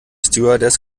stewardess